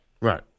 Right